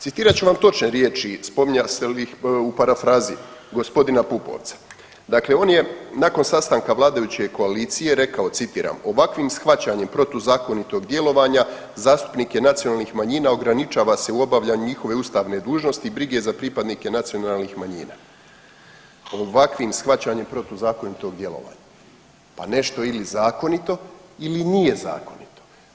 Citirat ću vam točne riječi spominjali ste ih u parafrazi g. Pupovca dakle on je nakon sastanka vladajuće koalicije rekao citiram „Ovakvim shvaćanjem protuzakonitog djelovanja zastupnike nacionalnih manjina ograničava se u obavljanju njihove ustavne dužnosti i brige za pripadnike nacionalnih manjina.“ Ovakvim shvaćanjem protuzakonitog djelovanja, pa nešto je ili zakonito ili nije zakonito.